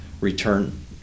return